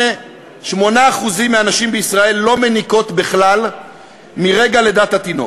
8% מהנשים בישראל לא מניקות בכלל מרגע לידת התינוק,